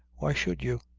why should you?